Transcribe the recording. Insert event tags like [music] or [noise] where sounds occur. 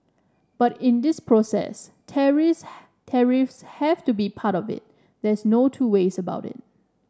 but in this process [unintelligible] tariffs have to be part of it there's no two ways about it